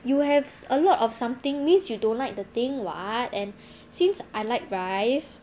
you have a lot of something means you don't like the thing [what] and since I like rice